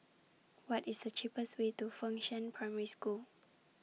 What IS The cheapest Way to Fengshan Primary School